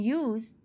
use